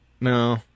No